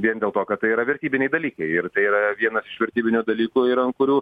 vien dėl to kad tai yra vertybiniai dalykai ir tai yra vienas iš vertybinių dalykų yra ant kurių